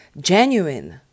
genuine